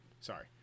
Sorry